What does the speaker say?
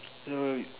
so